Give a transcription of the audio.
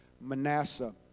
Manasseh